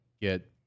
get